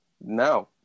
No